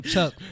Chuck